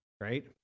right